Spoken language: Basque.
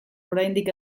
oraindik